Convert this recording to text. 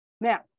Now